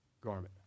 garment